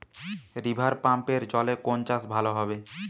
রিভারপাম্পের জলে কোন চাষ ভালো হবে?